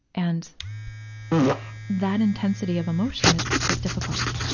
and that intensity of emotion is, is difficult.